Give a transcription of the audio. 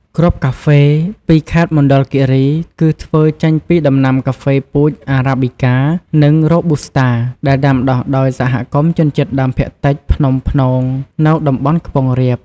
គ្រាប់កាហ្វេពីខេត្តមណ្ឌលគិរី គឺធ្វើចេញពីដំណាំកាហ្វេពូជ អារ៉ាប៊ីកា និង រ៉ូប៊ូស្តា ដែលដាំដុះដោយសហគមន៍ជនជាតិដើមភាគតិចភ្នំ ព្នង នៅតំបន់ខ្ពង់រាប។